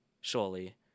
Surely